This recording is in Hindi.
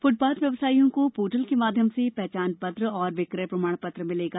फुटपाथ व्यवसाइयों को पोर्टल के माध्यम से पहचान पत्र और विक्रय प्रमाण पत्र मिलेगा